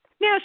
Now